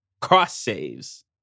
cross-saves